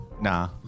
Nah